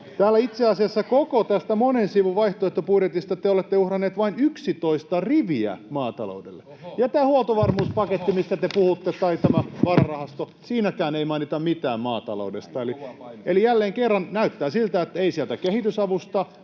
ryhmästä] Itse asiassa koko tästä monen sivun vaihtoehtobudjetista te olette uhranneet vain yksitoista riviä maataloudelle. [Kimmo Kiljunen: Oho!] Ja tämän huoltovarmuuspaketin, mistä te puhutte, tämän vararahaston, osalta ei mainita mitään maataloudesta. Eli jälleen kerran näyttää siltä, että ei sieltä kehitysavusta,